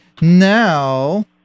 Now